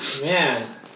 Man